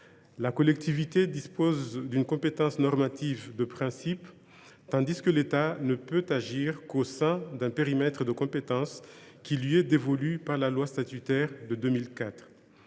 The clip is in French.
La collectivité dispose d’une compétence normative de principe, tandis que l’État ne peut agir qu’au sein d’un périmètre de compétences qui lui est dévolu par la loi statutaire de 2004. À